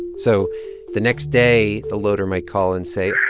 so the next day, the loader might call and say. oh,